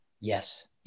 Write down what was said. Yes